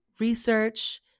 Research